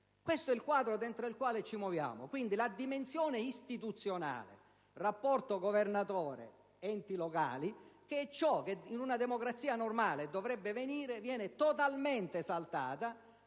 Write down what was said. Questo è il quadro entro il quale ci muoviamo. Quindi, la dimensione istituzionale, e dunque il rapporto del Governatore con gli enti locali, che è ciò che in una democrazia normale dovrebbe avvenire, viene totalmente saltata